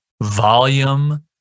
Volume